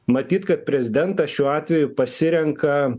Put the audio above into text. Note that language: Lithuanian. matyt kad prezidentas šiuo atveju pasirenka